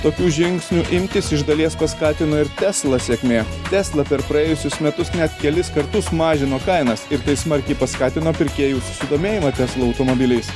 tokių žingsnių imtis iš dalies paskatino ir tesla sėkmė tesla per praėjusius metus net kelis kartus mažino kainas ir tai smarkiai paskatino pirkėjų susidomėjimą tesla automobiliais